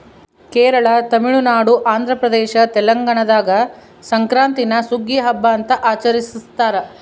ಕೇರಳ ತಮಿಳುನಾಡು ಆಂಧ್ರಪ್ರದೇಶ ತೆಲಂಗಾಣದಾಗ ಸಂಕ್ರಾಂತೀನ ಸುಗ್ಗಿಯ ಹಬ್ಬ ಅಂತ ಆಚರಿಸ್ತಾರ